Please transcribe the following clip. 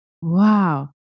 Wow